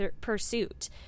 pursuit